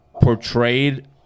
portrayed